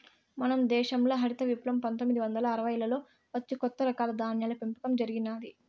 మన దేశంల హరిత విప్లవం పందొమ్మిది వందల అరవైలలో వచ్చి కొత్త రకాల ధాన్యాల పెంపకం జరిగినాది